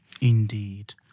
Indeed